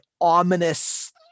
ominous